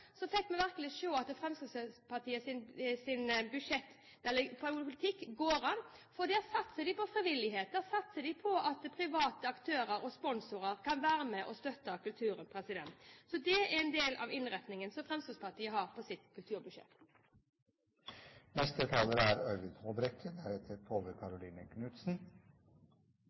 vi virkelig se at Fremskrittspartiets politikk går an, for der satser de på frivillighet, der satser de på at private aktører og sponsorer kan være med og støtte kulturen. Det er en del av innretningen som Fremskrittspartiet har på sitt